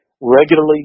regularly